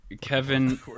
Kevin